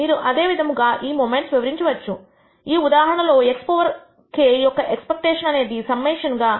మీరు అదే విధముగా ఈ మొమెంట్ వివరించవచ్చు ఈ ఉదాహరణ లో x పవర్ k యొక్క ఎక్స్పెక్టేషన్ అనేది సమ్మేషన్ గా